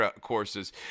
courses